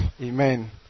amen